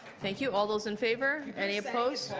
thank you. all those in favor? any opposed?